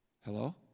Hello